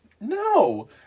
No